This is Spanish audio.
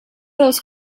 dos